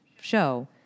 show